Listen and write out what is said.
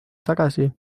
tagasi